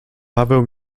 paweł